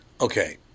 Okay